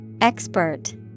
Expert